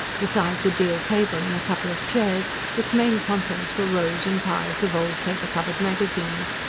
besides a deal table and a couple of chairs, its main contents were rows and piles of old paper-covered magazines,